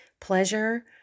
pleasure